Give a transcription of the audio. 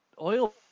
oil